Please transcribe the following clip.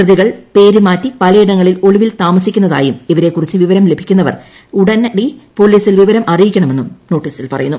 പ്രതികൾ പേരു മാറ്റി പലയിടങ്ങളിൽ ഒളിവിൽ താമസിക്കുന്നതായും ഇവരെക്കുറിച്ച് വിവരം ലഭിക്കുന്നവർ ഉടനടി പോലീസിൽ വിവരം അറിയിക്കണമെന്നും നോട്ടീസിൽ പറയുന്നു